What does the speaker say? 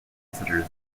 visitors